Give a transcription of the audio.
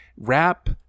wrap